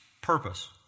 purpose